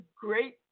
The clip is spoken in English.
great